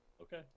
okay